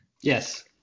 Yes